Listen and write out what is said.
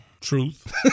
Truth